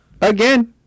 again